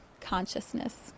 consciousness